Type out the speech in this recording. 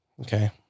okay